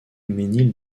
mesnil